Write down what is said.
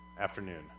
afternoon